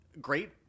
great